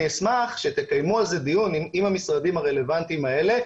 אני אשמח שתקיימו על דיון עם המשרדים הרלוונטיים האלה,